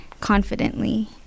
confidently